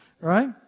Right